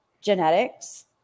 genetics